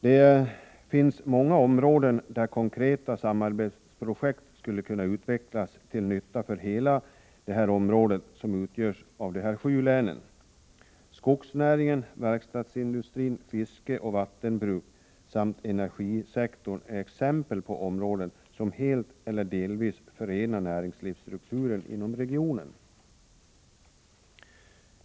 Det finns många områden där konkreta samarbetsprojekt skulle kunna utvecklas till nytta för hela det område som utgörs av de här sju länen. Skogsnäringen, verkstadsindustrin, fiske och vattenbruk samt energisektorn är exempel på områden där näringslivsstrukturen inom regionen helt eller delvis är densamma.